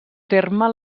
terme